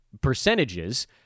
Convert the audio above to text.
percentages